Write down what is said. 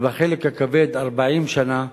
ובחלק הכבד 40 שנה,